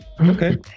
Okay